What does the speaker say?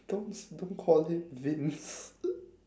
don't don't call him vince